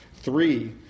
Three